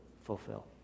fulfill